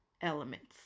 elements